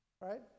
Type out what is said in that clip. Right